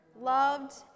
loved